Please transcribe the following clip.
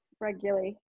regularly